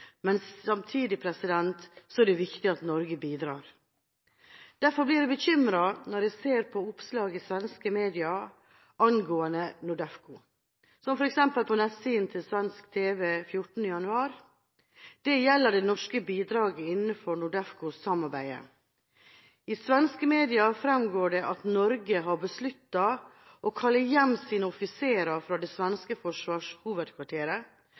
men samtidig er det viktig at Norge bidrar. Derfor blir jeg bekymret når jeg ser oppslag i svenske medier angående NORDEFCO, som f.eks. på nettsiden til svensk tv 14. januar. Det gjelder det norske bidraget innenfor NORDEFCO-samarbeidet. I svenske medier fremgår det at Norge har besluttet å kalle hjem sine offiserer fra det svenske